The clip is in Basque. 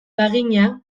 bagina